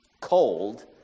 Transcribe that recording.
cold